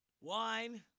Wine